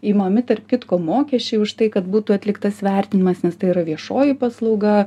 imami tarp kitko mokesčiai už tai kad būtų atliktas vertinimas nes tai yra viešoji paslauga